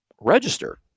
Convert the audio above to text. register